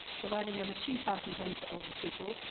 providing over two thousand homes for older people,